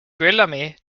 guillaume